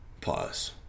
Pause